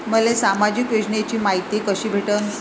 मले सामाजिक योजनेची मायती कशी भेटन?